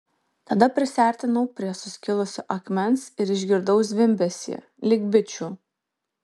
tada prisiartinau prie suskilusio akmens ir išgirdau zvimbesį lyg bičių